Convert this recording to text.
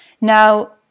Now